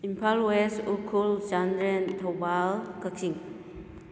Imphal west Ukhrul Chandel Thoubal Kakching